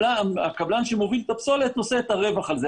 הקבלן שמוביל את הפסולת נושא את הרווח על זה.